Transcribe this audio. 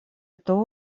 это